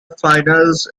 finals